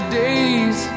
days